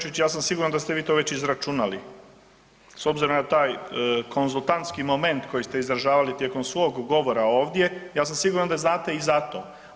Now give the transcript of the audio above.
Benčić, ja sam siguran da ste vi to već izračunali s obzirom na taj konzultantski moment koji ste izražavali tijekom svog govora ovdje, ja sam siguran da znate i za to.